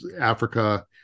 Africa